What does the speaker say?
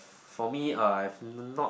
for me I've not